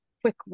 quick